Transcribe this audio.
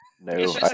no